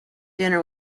dinner